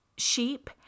Sheep